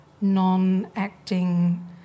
non-acting